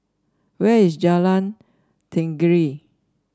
where is Jalan Tenggiri